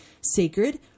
sacred